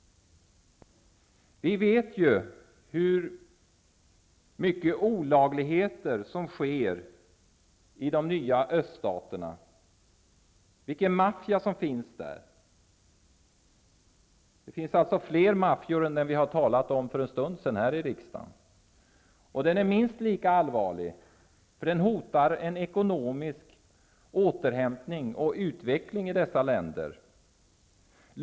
Vi vet att många olagligheter sker i de nya öststaterna genom den maffia som finns där. Det finns alltså fler maffior än den som det talades om för en stund sedan här i kammaren. Maffian i öststaterna är minst lika allvarlig, därför att den hotar en ekonomisk återhämtning och utveckling i dessa länder.